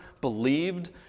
believed